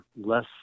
less